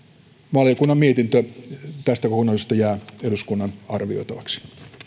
valiokunnan mietintö tästä kokonaisuudesta jää eduskunnan arvioitavaksi